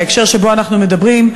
בהקשר שבו אנחנו מדברים,